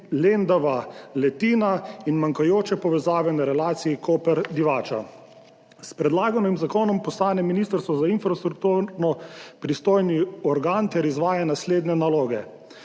Lendava–Lenti in manjkajoče povezave na relaciji Koper–Divača. S predlaganim zakonom postane Ministrstvo za infrastrukturo pristojni organ ter izvaja naslednje naloge